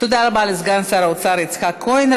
תודה רבה לסגן שר האוצר יצחק כהן.